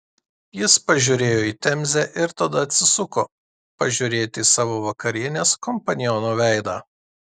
jis pažiūrėjo į temzę ir tada atsisuko pažiūrėti į savo vakarienės kompaniono veidą